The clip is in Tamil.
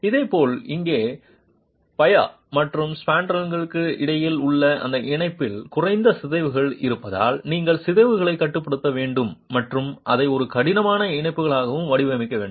இதேபோல் இங்கே பையர் மற்றும் ஸ்பாண்ட்ரலுக்கு இடையில் உள்ள அந்த இணைப்பில் குறைந்த சிதைவுகள் இருப்பதால் நீங்கள் சிதைவுகளைக் கட்டுப்படுத்த வேண்டும் மற்றும் அதை ஒரு கடினமான இணைப்புகளாகவும் வடிவமைக்க வேண்டும்